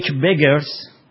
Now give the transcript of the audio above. beggars